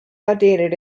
outdated